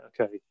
Okay